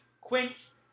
Quince